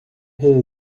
hear